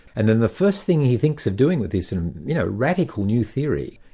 and then the first thing he thinks of doing with this you know radical new theory,